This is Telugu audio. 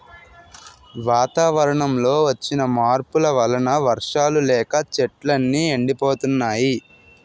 వాతావరణంలో వచ్చిన మార్పుల వలన వర్షాలు లేక చెట్లు అన్నీ ఎండిపోతున్నాయి